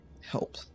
Help